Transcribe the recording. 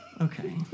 Okay